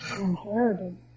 inherited